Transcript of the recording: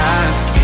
ask